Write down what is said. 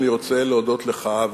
אני רוצה להודות לך,